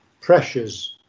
pressures